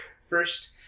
first